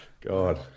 God